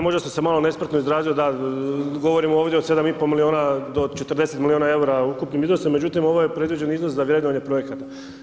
Možda sam se malo nespretno izrazio, da, govorim ovdje o 7,5 milijuna do 40 milijuna eura ukupni iznosi, međutim ovo je predviđeni iznos za vrednovanje projekata.